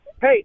Hey